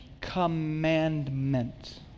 Commandment